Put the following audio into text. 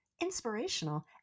inspirational